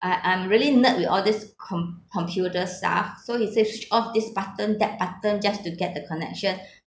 I I'm really nerd with all this com~ computer stuff so he said switch off this button that button just to get the connection